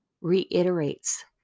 reiterates